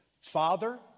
Father